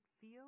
feel